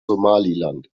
somaliland